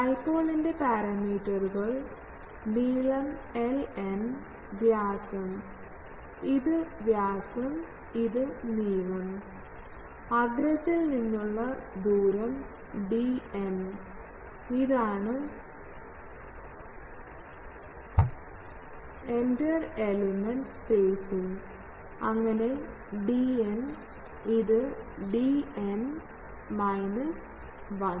ഡൈപോളിൻറെ പാരാമീറ്ററുകൾ നീളം ln വ്യാസം ഇത് വ്യാസം ഇത് നീളം അഗ്രത്തിൽ നിന്നുള്ള ദൂരം dn ഇതാണ് ഇന്റർ എലമെൻറ് സ്പേസിംഗ് അങ്ങനെ dn ഇത് dn മൈനസ് 1